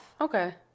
Okay